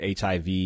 HIV